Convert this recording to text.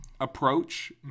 approach